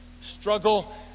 struggle